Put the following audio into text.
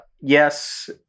yes